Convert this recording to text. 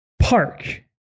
park